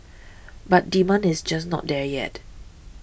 but demand is just not there yet